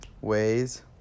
ways